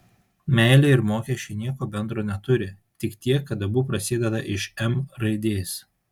meilė ir mokesčiai nieko bendro neturi tik tiek kad abu prasideda iš m raidės